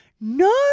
No